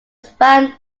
found